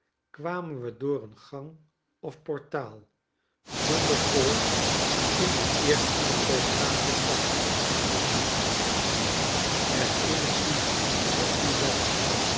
kwamen we door een gang of portaal zonder poort in de eerste napolitaansche stad fondi herinner ufondi wel